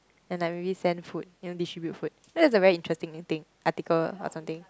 and I really send food you know distribute food that's a very interesting thing article about some thing